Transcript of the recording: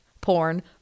porn